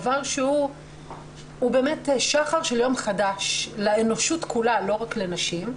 דבר שהוא באמת שחר של יום חדש לאנושות כולה ולא רק לנשים,